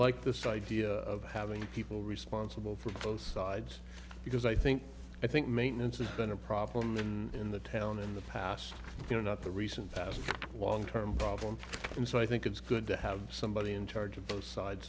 like this idea of having people responsible for both sides because i think i think maintenance has been a problem in the town in the past you know not the recent past long term problem and so i think it's good to have somebody in charge of both sides